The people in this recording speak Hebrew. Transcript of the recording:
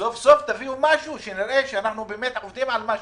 סוף סוף תביאו משהו כדי שנראה שאנחנו באמת עובדים על משהו.